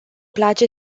place